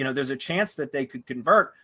you know there's a chance that they could convert,